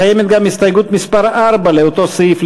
קיימת גם הסתייגות מס' 4 לאותו סעיף,